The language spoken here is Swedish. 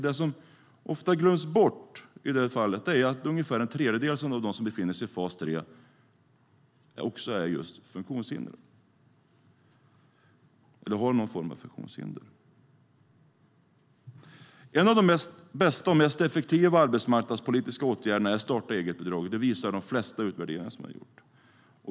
Det glöms ofta bort att ungefär en tredjedel av dem som befinner sig i fas 3 har någon form av funktionshinder. En av de bästa och mest effektiva arbetsmarknadspolitiska åtgärderna är starta-eget-bidraget. Det visar de flesta utvärderingarna.